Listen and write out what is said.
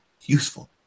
useful